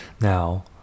Now